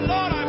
Lord